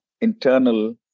internal